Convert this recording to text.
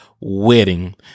wedding